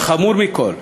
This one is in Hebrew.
והחמור מכול,